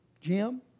Jim